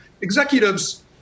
Executives